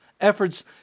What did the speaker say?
efforts